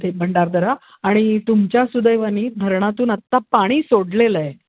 ते भंडारदरा आणि तुमच्या सुदैवाने धरणातून आत्ता पाणी सोडलेलं आहे